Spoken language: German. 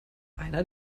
einer